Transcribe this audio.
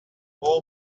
war